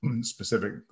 specific